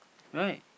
right